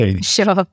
sure